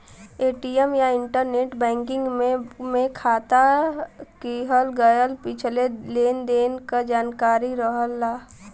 ATM या internet banking में bank खाता में किहल गयल पिछले लेन देन क जानकारी रहला